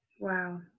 Wow